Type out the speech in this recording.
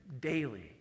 daily